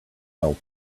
help